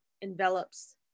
envelops